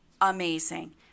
amazing